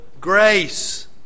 grace